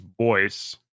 voice